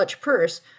purse